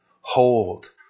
hold